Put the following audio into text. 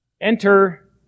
enter